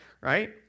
right